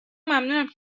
ممنونم